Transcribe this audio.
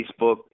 Facebook